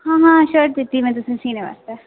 हां हां शायद दित्ती में तुसें ई सीने आस्तै